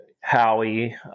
Howie